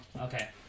okay